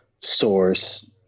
Source